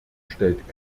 stellt